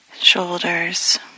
shoulders